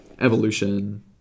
evolution